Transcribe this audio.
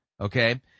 okay